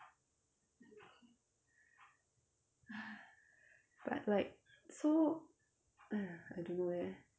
but like so !aiya! I don't know leh